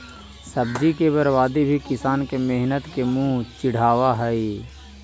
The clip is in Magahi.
सब्जी के बर्बादी भी किसान के मेहनत के मुँह चिढ़ावऽ हइ